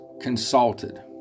consulted